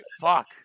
Fuck